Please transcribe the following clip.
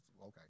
Okay